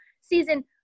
season